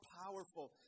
powerful